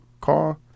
car